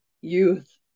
youth